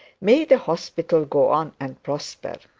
may the hospital go on and prosper!